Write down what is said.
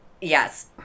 Yes